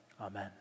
Amen